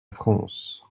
france